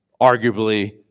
arguably